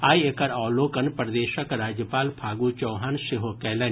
आइ एकर अवलोकन प्रदेशक राज्यपाल फागू चौहान सेहो कयलनि